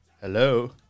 Hello